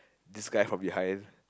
this guy from behind